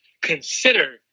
consider